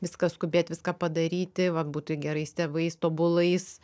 viską skubėt viską padaryti vat būti gerais tėvais tobulais